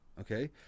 Okay